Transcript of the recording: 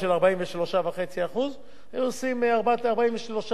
היינו עושים 43.5% מ-5,000.